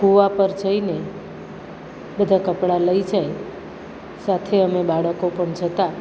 કૂવા પર જઈને બધા કપડાં લઈ જાય સાથે અમે બાળકો પણ જતાં